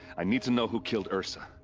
i need to know who killed ersa.